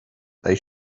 they